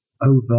over